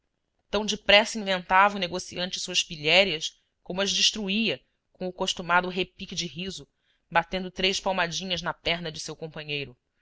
depressa inventava o negociante suas pilhérias como as destruía com o costumado repique de riso batendo três palmadinhas na perna de seu companheiro